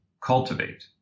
cultivate